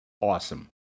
awesome